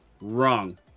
Wrong